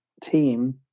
team